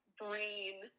brain